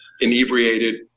inebriated